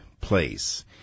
place